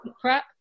crap